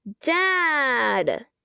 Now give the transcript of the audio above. dad